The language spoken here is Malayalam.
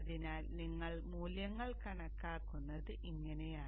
അതിനാൽ നിങ്ങൾ മൂല്യങ്ങൾ കണക്കാക്കുന്നത് ഇങ്ങനെയാണ്